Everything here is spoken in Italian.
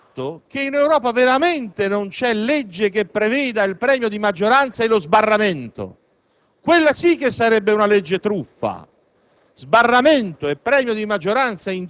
non fanno caso al fatto che in Europa non c'e legge che preveda insieme il premio di maggioranza e lo sbarramento. Quella sì che sarebbe una legge truffa: